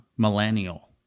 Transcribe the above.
millennial